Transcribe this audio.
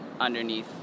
underneath